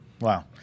Wow